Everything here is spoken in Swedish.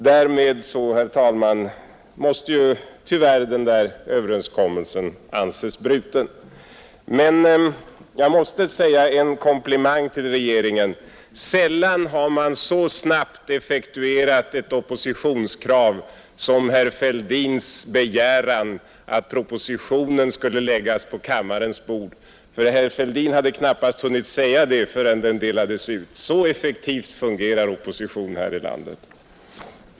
— Därmed, herr talman, måste tyvärr den överenskommelsen anses bruten. Jag måste dock ge en komplimang till regeringen — sällan har man effektuerat ett oppositionskrav så snabbt som herr Fälldins begäran att propositonen skulle läggas på kammarens bord, Herr Fälldin hade knappt hunnit uttala sin begäran förrän propositonen delades ut — så effektivt fungerar oppositionen här i landet!